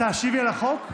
את תשיבי על החוק?